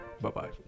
Bye-bye